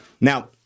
Now